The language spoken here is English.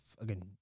again